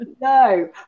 no